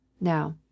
Now